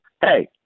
hey